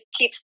keep